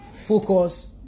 Focus